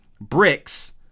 bricks